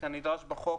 כנדרש בחוק,